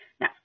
now